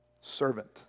Servant